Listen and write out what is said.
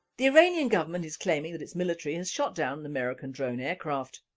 the iranian government is claiming that its military has shot down an american drone aircraft.